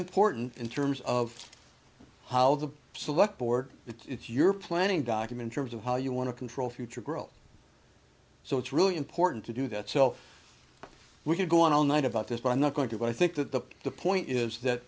important in terms of how the select board it's your planning document terms of how you want to control future growth so it's really important to do that so we could go on all night about this but i'm not going to but i think that the the point is that